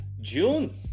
June